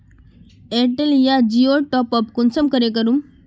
Airtel या जियोर top up recharge कुंसम करे करूम?